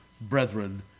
brethren